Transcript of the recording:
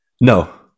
No